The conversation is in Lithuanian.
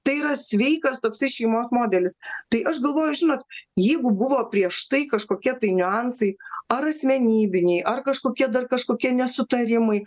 tai yra sveikas toksai šeimos modelis tai aš galvoju žinot jeigu buvo prieš tai kažkokie tai niuansai ar asmenybiniai ar kažkokie dar kažkokie nesutarimai